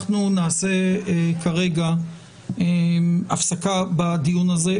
אנחנו נעשה כרגע הפסקה בדיון הזה,